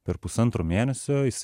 per pusantro mėnesio jis